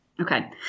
Okay